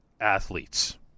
athletes